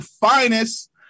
Finest